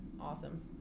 awesome